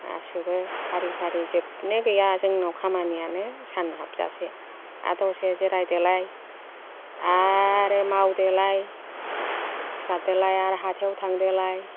गासिबो फारि फारि जोबनो गैया जोंनाव खामानियानो सान हाबजासे आरो दसे जिरायदोलाय आरो मावदोलाय सिखारदोलाय आरो हाथायाव थांदोलाय